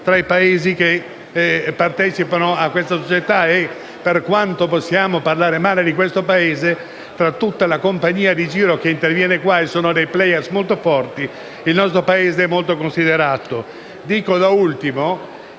tra i Paesi che partecipano a questa società. Per quanto possiamo parlare male di questo Paese, fra tutta la compagnia di giro che interviene (e ci sono dei *player* molto forti), il nostro Paese è molto considerato.